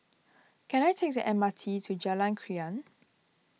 can I take the M R T to Jalan Krian